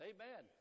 Amen